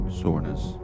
soreness